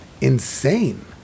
insane